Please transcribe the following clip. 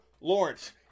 lawrence